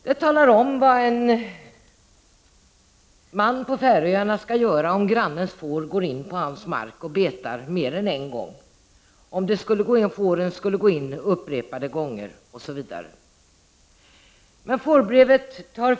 Där talas om vad en man på Färöarna skall göra om grannens får går in på hans mark och betar mer än en gång, om fåren skulle gå in upprepade gånger osv.